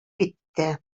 китте